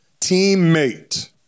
teammate